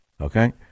Okay